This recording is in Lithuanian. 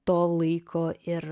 to laiko ir